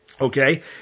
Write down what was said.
Okay